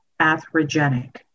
atherogenic